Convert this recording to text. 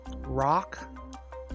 rock